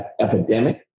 epidemic